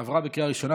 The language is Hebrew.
עברה בקריאה ראשונה,